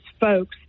folks